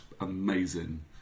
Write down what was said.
amazing